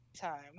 time